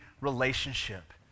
relationship